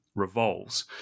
Revolves